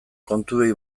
kontuei